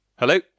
Hello